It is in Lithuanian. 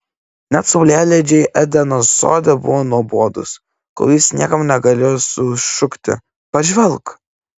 net saulėlydžiai edeno sode buvo nuobodūs kol jis niekam negalėjo sušukti pažvelk